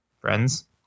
friends